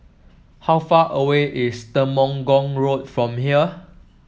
how far away is Temenggong Road from here